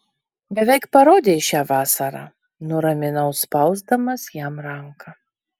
beveik parodei šią vasarą nuraminau spausdamas jam ranką